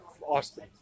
Austin